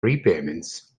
repayments